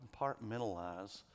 compartmentalize